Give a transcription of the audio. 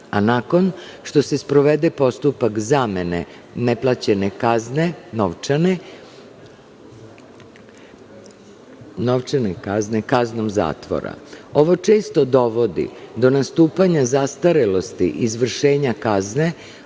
a nakon što se sprovede postupak zamene neplaćene novčane kazne, kaznom zatvora. Ovo često dovodi do nastupanja zastarelosti izvršenja kazne,